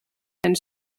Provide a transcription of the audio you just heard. ein